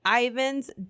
ivan's